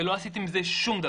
ולא עשיתם עם זה שום דבר.